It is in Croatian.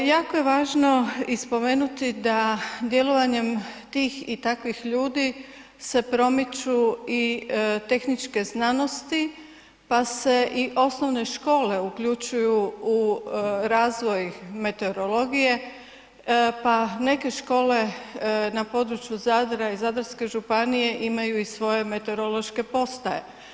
Jako je važno i spomenuti da djelovanjem tih i takvih ljudi se promiču i tehničke znanosti pa se i osnovne škole uključuju u razvoj meteorologije pa neke škole na području Zadra i Zadarske županije imaju i svoje meteorološke postaje.